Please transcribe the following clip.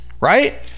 right